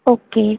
okay